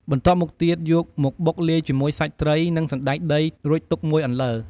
បន្ទាប់មកទៀតយកមកបុកលាយជាមួយសាច់ត្រីនិងសណ្តែកដីរួចទុកមួយអន្លើ។